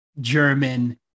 German